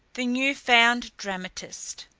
the new-found dramatist.